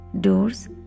Doors